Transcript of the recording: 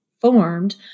formed